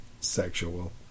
Sexual